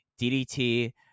DDT